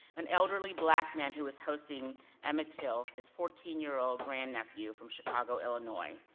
an elderly black man who was hosting emmett till, his fourteen year old grand-nephew from chicago, illinois,